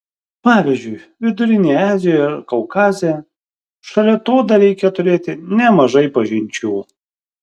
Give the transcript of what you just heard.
pavyzdžiui vidurinėje azijoje ar kaukaze šalia to dar reikia turėti nemažai pažinčių